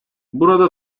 burada